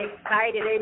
excited